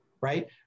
right